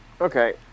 Okay